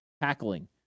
tackling